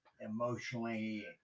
emotionally